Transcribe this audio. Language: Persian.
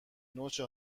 نوچه